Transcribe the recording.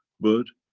but,